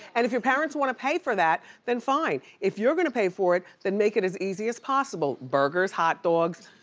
and if your parents wanna pay for that, then fine. if you're gonna pay for it, then make it as easy as possible. burgers, hotdogs.